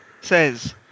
says